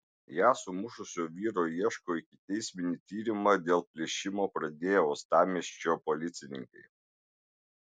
ją sumušusio vyro ieško ikiteisminį tyrimą dėl plėšimo pradėję uostamiesčio policininkai